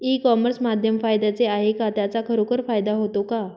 E commerce माध्यम फायद्याचे आहे का? त्याचा खरोखर फायदा होतो का?